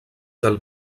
del